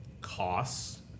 costs